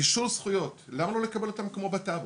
אישור זכויות, למה לא לקבל אותם כמו בטאבו?